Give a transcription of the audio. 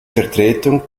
vertretung